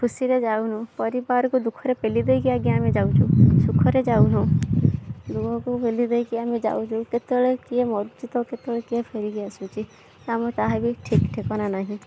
ଖୁସିରେ ଯାଉନୁ ପରିବାରକୁ ଦୁଃଖ ରେ ପେଲିଦେଇକି ଆଜ୍ଞା ଆମେ ଯାଉଛୁ ସୁଖରେ ଯାଉନୁ ଲୁହକୁ ପେଲି ଦେଇକି ଆମେ ଯାଉଛୁ କେତେବେଳେ କିଏ ମରୁଛି ତ କେତେବେଳେ କିଏ ଫେରିକି ଆସୁଛି ଆମ ତାହାବି ଠିକ୍ ଠିକଣା ନାହିଁ